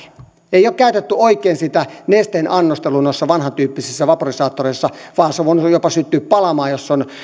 ei ole käytetty oikein sitä nesteen annostelua noissa vanhantyyppisissä vaporisaattoreissa vaan se on voinut jopa syttyä palamaan jos